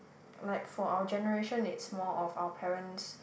like for our generation it's more of our parents